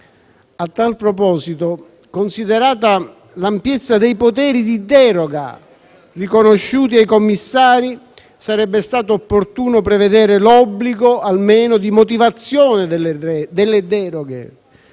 A tal proposito, considerata l'ampiezza dei poteri di deroga riconosciuti ai commissari, sarebbe stato opportuno prevedere l'obbligo almeno di motivazione delle deroghe.